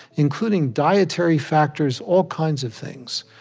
including dietary factors, all kinds of things.